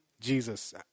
Jesus